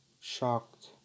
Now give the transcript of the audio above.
shocked